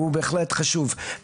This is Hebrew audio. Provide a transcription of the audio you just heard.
הוא בהחלט חשוב.